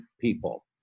people